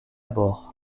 bord